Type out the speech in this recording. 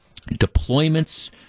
deployments